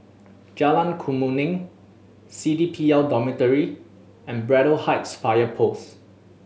Jalan Kemuning C D P L Dormitory and Braddell Heights Fire Post